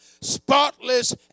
spotless